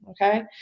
Okay